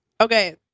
Okay